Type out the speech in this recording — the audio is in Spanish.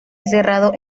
encerrado